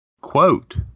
Quote